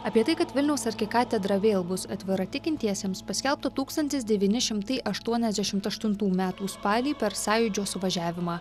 apie tai kad vilniaus arkikatedra vėl bus atvira tikintiesiems paskelbta tūkstantis devyni šimtai aštuoniasdešimt aštuntų metų spalį per sąjūdžio suvažiavimą